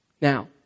Now